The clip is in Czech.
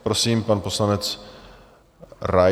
Prosím, pan poslanec Rais.